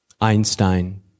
Einstein